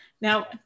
Now